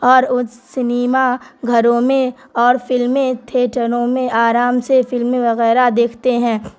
اور اس سنیما گھروں میں اور فلمیں تھیئٹروں میں آرام سے فلمیں وغیرہ دیکھتے ہیں